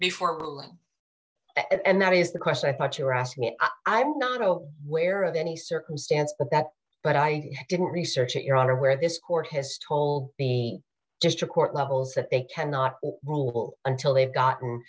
before ruling and that is the question i thought you were asked when i'm not oh where of any circumstance but that but i didn't research it your honor where this court has told be just a court levels that they cannot rule until they've got